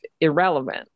irrelevant